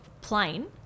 plane